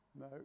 No